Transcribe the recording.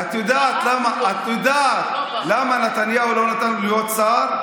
את יודעת למה נתניהו לא נתן לו להיות שר?